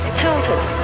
tilted